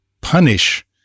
punish